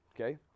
Okay